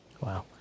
Wow